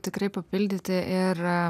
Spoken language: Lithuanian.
tikrai papildyti ir